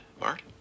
Mark